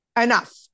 Enough